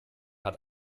hat